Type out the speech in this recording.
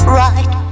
right